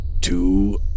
two